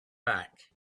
back